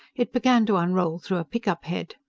it began to unroll through a pickup head.